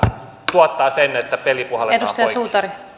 tuottaa sen että peli puhalletaan poikki